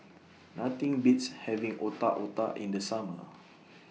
Nothing Beats having Otak Otak in The Summer